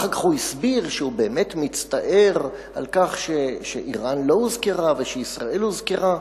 אחר כך הוא הסביר שהוא באמת מצטער על כך שאירן לא הוזכרה וישראל הוזכרה,